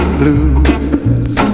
blues